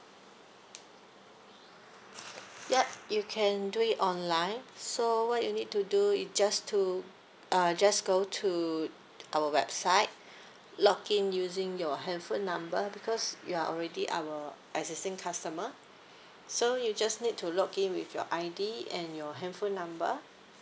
ya you can do it online so will you need to do it just to uh just go to our website login using your handphone number because you are already our existing customer so you just need to login with your I_D and your handphone number